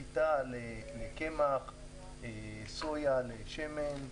חיטה לקמח, סויה לשמן,